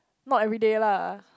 not every day lah